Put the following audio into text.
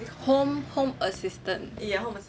home home assistant